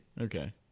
Okay